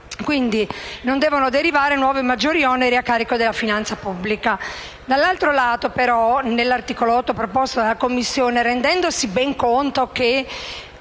dalla norma non derivino nuovi o maggiori oneri a carico della finanza pubblica; dall'altro lato, però, l'articolo 8 proposto dalla Commissione si rende ben conto che